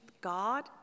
God